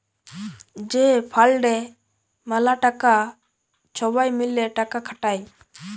যে ফাল্ডে ম্যালা টাকা ছবাই মিলে টাকা খাটায়